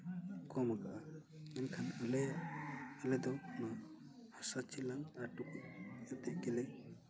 ᱠᱚᱢ ᱠᱟᱜᱼᱟ ᱢᱮᱱᱠᱷᱟᱱ ᱟᱞᱮ ᱟᱞᱮ ᱫᱚ ᱚᱱᱟ ᱦᱟᱥᱟ ᱪᱮᱞᱟᱝ ᱟᱨ ᱴᱩᱠᱩᱪ ᱟᱛᱮᱜ ᱜᱮᱞᱮ